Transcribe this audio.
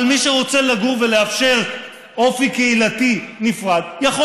אבל מי שרוצה לגור באופי קהילתי נפרד ולאפשר זאת,